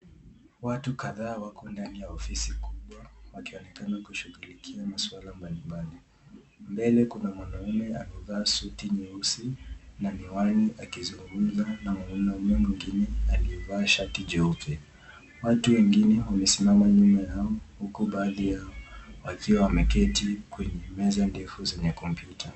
Watu kadhaa wako ndani ya ofisi kubwa, wakionekana kushugulikia maswala mbali mbali, mbele kuna mwanaume amevaa suti nyeusi na miwani akizingimuza na mwanaume huyo mwingine aliyevaa shati jeupe. Watu wengine wamesimama nyuma yao huku baadhi yao wakiwa wameketi kwenye meza ndefu zenye computer